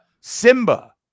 Simba